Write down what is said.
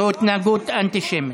זאת התנהגות אנטי-שמית.